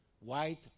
white